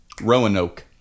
Roanoke